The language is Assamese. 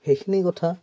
সেইখিনি কথা